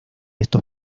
estos